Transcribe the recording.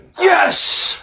Yes